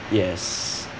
yes